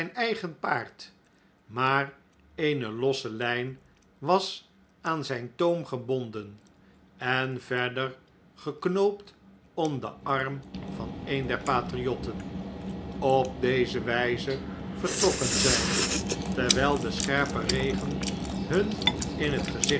eigen paard maar eene losse ljjn was aanzfln toom gebonden en verder geknoopt om den arm van een der patriotten op deze wjjze vertrokken zij terwjjl de scherpe regen hun in het gezicht